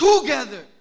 together